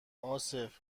عاصف